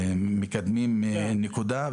מקדמים במג'ד אל-כרום נקודה.